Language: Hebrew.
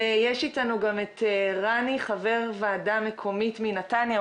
ויש איתנו גם את רני חבר ועדה מקומית מנתניה.